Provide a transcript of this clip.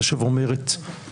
אני חושב שהיא אומרת שלא.